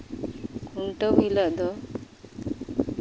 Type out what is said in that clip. ᱠᱷᱩᱱᱴᱟᱹᱣ ᱦᱤᱞᱳᱜ ᱫᱚ